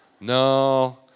no